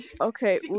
Okay